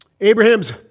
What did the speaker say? Abraham's